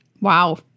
wow